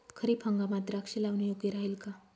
खरीप हंगामात द्राक्षे लावणे योग्य राहिल का?